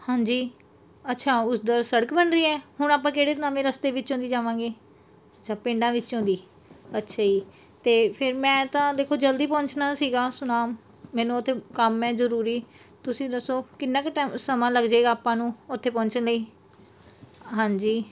ਹਾਂਜੀ ਅੱਛਾ ਉਸ ਦ ਸੜਕ ਬਣ ਰਹੀ ਹੈ ਹੁਣ ਆਪਾਂ ਕਿਹੜੇ ਨਾਮੀ ਰਸਤੇ ਵਿੱਚੋਂ ਦੀ ਜਾਵਾਂਗੇ ਅੱਛਾ ਪਿੰਡਾਂ ਵਿੱਚੋਂ ਦੀ ਅੱਛਾ ਜੀ ਅਤੇ ਫਿਰ ਮੈਂ ਤਾਂ ਦੇਖੋ ਜਲਦੀ ਪਹੁੰਚਣਾ ਸੀਗਾ ਸੁਨਾਮ ਮੈਨੂੰ ਉੱਥੇ ਕੰਮ ਹੈ ਜ਼ਰੂਰੀ ਤੁਸੀਂ ਦੱਸੋ ਕਿੰਨਾ ਕੁ ਟੈ ਸਮਾਂ ਲੱਗ ਜਾਏਗਾ ਆਪਾਂ ਨੂੰ ਉੱਥੇ ਪਹੁੰਚਣ ਲਈ ਹਾਂਜੀ